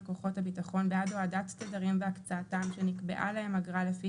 כוחות הביטחון בעד הורדת תדרים והקצאתם שנקבעה להם אגרה לפי